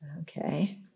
Okay